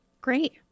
Great